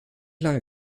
lange